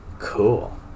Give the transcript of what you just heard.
Cool